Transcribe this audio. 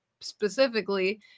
specifically